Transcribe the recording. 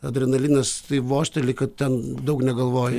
adrenalinas taip vožteli kad ten daug negalvoji